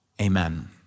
Amen